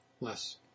less